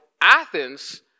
Athens